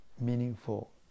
meaningful